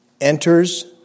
enters